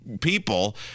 people